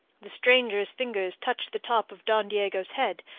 the stranger's fingers touched the top of don diego's head,